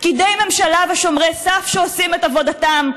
פקידי ממשלה ושומרי סף שעושים את עבודתם,